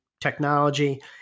technology